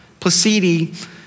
Placidi